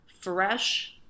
fresh